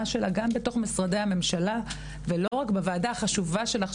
שלה גם בתוך משרדי הממשלה ולא רק בוועדה החשובה שלך,